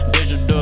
Digital